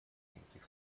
никаких